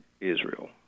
Israel